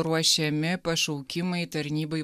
ruošiami pašaukimai tarnybai